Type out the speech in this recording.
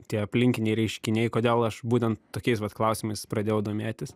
tie aplinkiniai reiškiniai kodėl aš būtent tokiais vat klausimais pradėjau domėtis